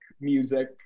music